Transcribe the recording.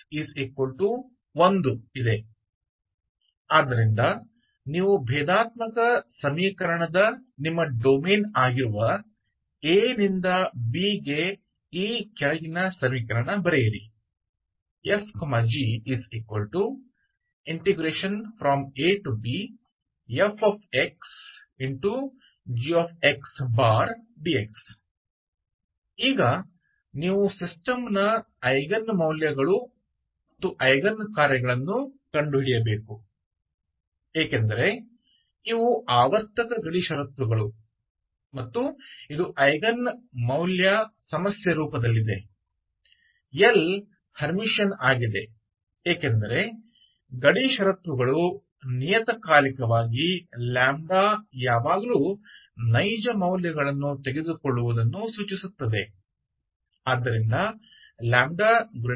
इसलिए आप बस a से b तक लिखते हैं जो डिफरेंशियल इक्वेशन तो आपका डोमेन है ⟨f g⟩abfxg dx आप सिस्टम के एगेन मूल्यों और एगेन फंक्शन खोजने होंगे कि यह पीरियोडिक सीमा शर्ते हैं और एगेन मूल्य समस्या के रूप में है L हेयरमिशन होते हैं क्योंकि सीमा की स्थिति पीरियोडिक होने के कारण और λ हमेशा वास्तविक मान लेते हैं